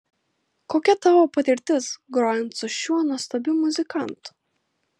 kokia tavo patirtis grojant su šiuo nuostabiu muzikantu